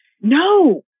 No